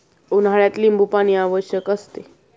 उन्हाळ्यात लिंबूपाणी आवश्यक असते